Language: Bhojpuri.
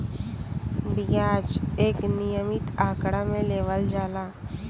बियाज एक नियमित आंकड़ा मे लेवल जाला